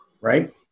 Right